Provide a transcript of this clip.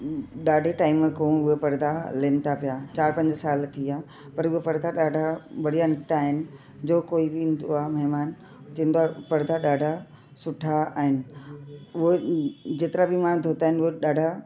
ॾाढे टाइम खां उहे पर्दा हलेनि ता पिया चारि पंज साल थी विया पर उहे पर्दा ॾाढा बढ़िया निकिता आहिनि जो कोई बि ईंदो आहे महिमान चवंदो आहे पर्दा ॾाढा सुठा आहिनि उहे जेतिरा बि मां धोता आहिनि उहे ॾाढा